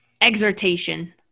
exhortation